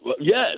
yes